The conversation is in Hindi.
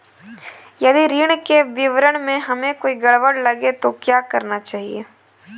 यदि ऋण के विवरण में हमें कोई गड़बड़ लगे तो क्या करना चाहिए?